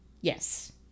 yes